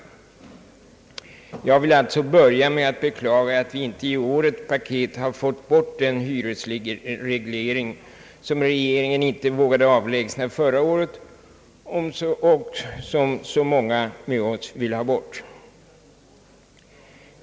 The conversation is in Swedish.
Jag vill alltså börja med att beklaga, att vi inte i årets paket har fått bort den hyresreglering som regeringen inte vågade avlägsna förra året och som så många nu vill ha bort.